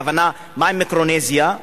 הכוונה, מה עם מיקרונזיה?